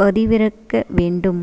பதிவிறக்க வேண்டும்